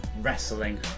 wrestling